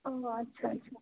ओह् अच्छा अच्छा